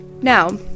Now